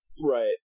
Right